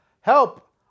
help